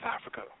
Africa